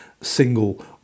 single